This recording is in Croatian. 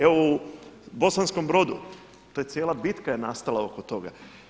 Evo u Bosanskom brodu, to je cijela bitka je nastala oko toga.